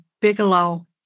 Bigelow